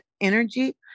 energy